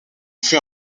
fut